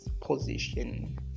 position